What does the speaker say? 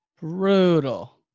Brutal